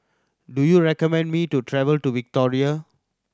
do you recommend me to travel to Victoria